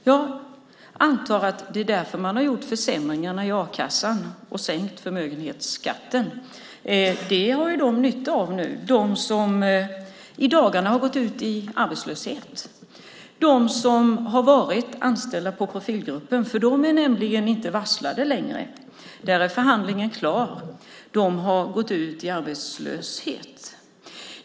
Jag antar att det är därför man har gjort försämringarna i a-kassan och sänkt förmögenhetsskatten. Det har de ju nytta av nu, de som i dagarna har gått ut i arbetslöshet, de som har varit anställda på Profilgruppen. För de är nämligen inte varslade längre. Där är förhandlingen klar. De har gått ut i arbetslöshet.